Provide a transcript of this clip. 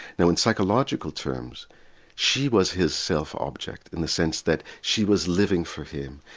now in psychological terms she was his self object in the sense that she was living for him,